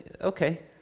okay